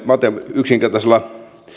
yksinkertaisella